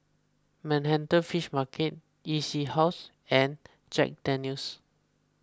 Manhattan Fish Market E C House and Jack Daniel's